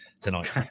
tonight